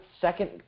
second